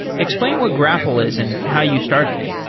explain what grapl is and how you started it